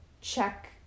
check